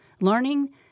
learning